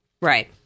Right